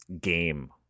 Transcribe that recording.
game